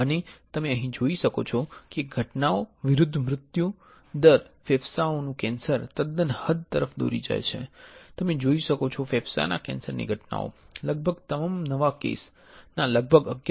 અને તમે અહીં જોઈ શકો છો કે ઘટનઓ વિરુદ્ધ મૃત્યુ દર ફેફસાંનું કેન્સર તદ્દન હદ તરફ દોરી જાય છે તમે જોઈ શકો છો ફેફસાના કેન્સરની ઘટનાઓ લગભગ તમામ નવા કેસ ના લગભગ 11